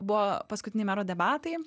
buvo paskutiniai mero debatai